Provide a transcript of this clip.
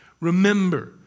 Remember